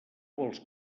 vols